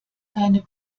deine